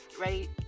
ready